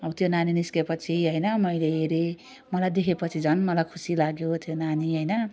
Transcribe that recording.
अब त्यो नानी निस्केपछि होइन मैले हेरेँ मलाई देखेपछि झन् मलाई खुसी लाग्यो त्यो नानी होइन